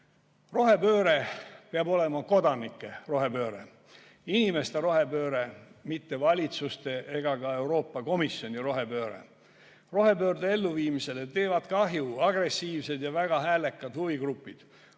Rohepööre peab olema kodanike rohepööre, inimeste rohepööre, mitte valitsuste ega Euroopa Komisjoni rohepööre. Rohepöörde elluviimisele teevad kahju agressiivsed ja väga häälekad huvigrupid,